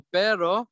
pero